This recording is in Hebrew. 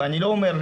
אני לא אומר,